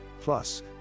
Plus